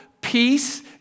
peace